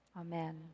Amen